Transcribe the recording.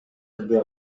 келбей